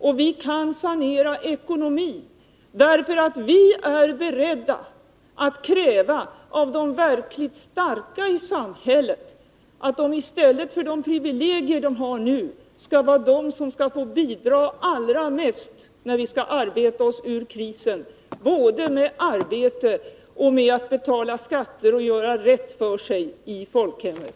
Och vi kan sanera ekonomin därför att vi är beredda att kräva av de verkligt starka i samhället att de — i stället för att åtnjuta de privilegier som de har nu — skall vara de som får bidra allra mest när vi skall arbeta oss ur krisen, både med arbete och med att betala skatter och göra rätt för sig i folkhemmet.